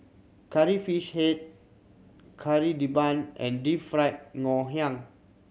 Curry Fish Head Kari Debal and Deep Fried Ngoh Hiang